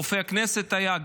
רופא הכנסת היה.